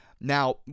Now